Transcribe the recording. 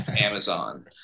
Amazon